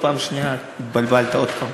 בפעם השנייה התבלבלת עוד הפעם,